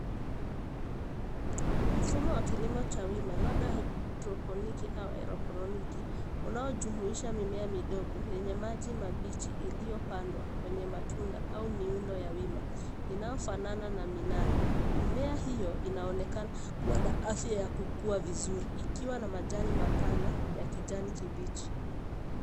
Mfumo wa kilimo cha wima, labda (cs)hydroponiki(cs) au (cs)aeroponiki(cs), unaojumuisha mimea midogo yenye maji safi, iliyopandwa kwenye matundu au miundo ya wima inayo fanana na minara. Mimea hiyo inaonekana kuwa na afya ya kukua vizuri, ikiwa na majani mapana ya kijani kibichi.